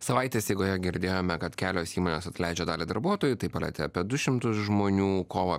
savaitės eigoje girdėjome kad kelios įmonės atleidžia dalį darbuotojų tai palietė apie du šimtus žmonių kovą